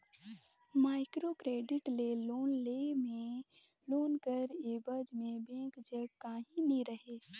micro credit ले loan लेय में लोन कर एबज में बेंक जग काहीं नी रहें